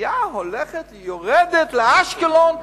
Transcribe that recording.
סיעה הולכת ויורדת לאשקלון.